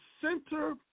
center